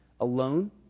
alone